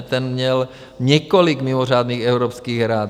Ten měl několik mimořádných Evropských rad.